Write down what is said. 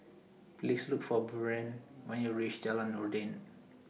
Please Look For Buren when YOU REACH Jalan Noordin